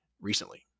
recently